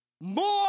More